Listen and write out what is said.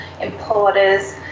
importers